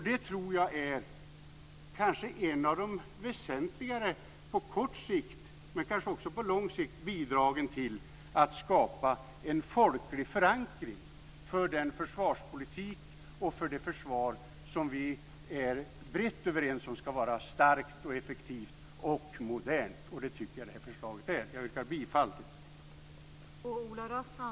Det tror jag på kort sikt, kanske också på lång sikt, är kanske ett av de väsentligare bidragen till att skapa en folklig förankring för den försvarspolitik och det försvar som vi brett är överens om ska vara starkt, effektivt och modernt, och det tycker jag att det här förslaget är. Jag yrkar bifall till utskottets hemställan.